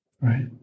Right